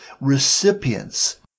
recipients